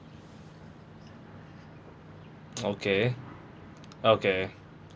okay okay